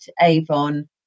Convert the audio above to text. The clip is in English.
Avon